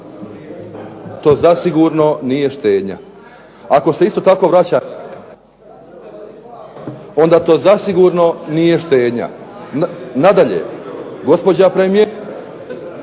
to zasigurno to nije štednja. Ako se isto tako vraća, onda to zasigurno nije štednja. Nadalje, gospođa premijerka ...